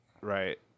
right